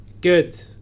good